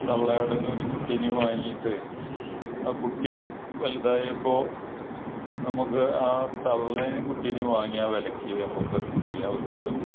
തള്ള ആടിന് ഒരു കുട്ടീനെയും വാങ്ങിയിട്ട് ആ കുട്ടി വലുതായപ്പോൾ നമുക്ക് ആ തള്ളേനെയും കുട്ടീനെയും വാങ്ങിയ ആ വിലയ്ക്ക് നമുക്ക് ഒരു കുട്ടീനെ വിൽക്കാൻ പറ്റി